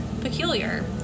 peculiar